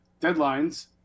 deadlines